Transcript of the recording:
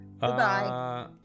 Goodbye